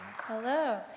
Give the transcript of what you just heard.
Hello